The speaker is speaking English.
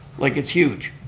like, it's huge,